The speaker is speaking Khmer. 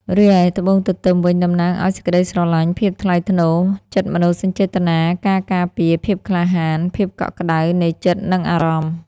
រីឯ ត្បូងទទឺមវិញ តំណាងឲ្យសេចក្ដីស្រឡាញ់ ភាពក្តីថ្លៃថ្នូរ ចិត្តមនោសញ្ចេតនា ការការពារ ភាពក្លាហាន ភាពកក់ក្ដៅនៃចិត្តនិងអារម្មណ៍។